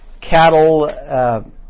cattle